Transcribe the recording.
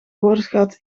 woordenschat